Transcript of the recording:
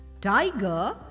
Tiger